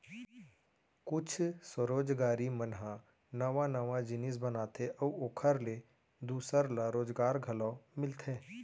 कुछ स्वरोजगारी मन ह नवा नवा जिनिस बनाथे अउ ओखर ले दूसर ल रोजगार घलो मिलथे